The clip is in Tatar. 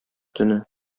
төне